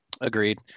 Agreed